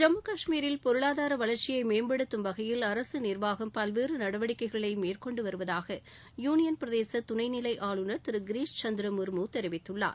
ஜம்மு காஷ்மீரில் பொருளாதார வளர்ச்சியை மேம்படுத்தும் வகையில் அரசு நிர்வாகம் பல்வேறு நடவடிக்கைகளை மேற்கொண்டு வருவதாக யூனியள் பிரதேச துணை நிலை ஆளுனா் திரு கிரீஸ் சந்திர முள்மூ தெரிவித்துள்ளார்